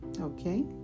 Okay